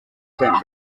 sent